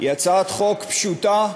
היא הצעת חוק פשוטה,